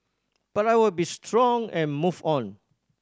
but I will be strong and move on